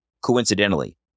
Coincidentally